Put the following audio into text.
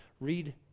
read